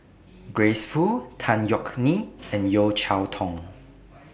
Grace Fu Tan Yeok Nee and Yeo Cheow Tong